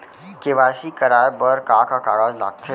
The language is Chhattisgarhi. के.वाई.सी कराये बर का का कागज लागथे?